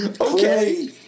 Okay